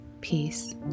peace